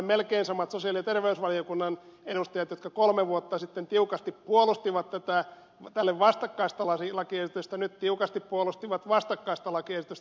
melkein samat sosiaali ja terveysministeriön virkamiehet jotka kolme vuotta sitten tiukasti puolustivat tälle vastakkaista lakiesitystä nyt tiukasti puolustivat aikaisemmalle vastakkaista lakiesitystä